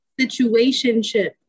Situationship